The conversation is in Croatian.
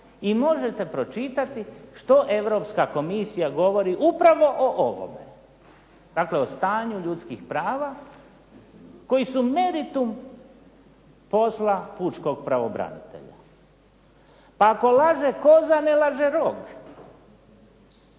i možete pročitati što Europska komisija govori upravo o ovome, dakle o stanju ljudskih prava koji su meritum posla pučkog pravobranitelja. Pa ako laže koza ne laže rog